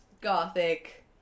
gothic